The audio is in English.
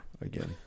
again